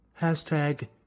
Hashtag